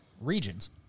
regions